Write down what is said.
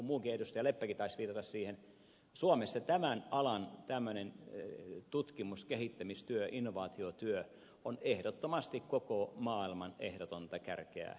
leppäkin taisi viitata siihen että suomessa tämän alan tutkimus kehittämistyö innovaatiotyö on ehdottomasti koko maailman ehdotonta kärkeä